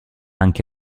anche